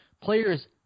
players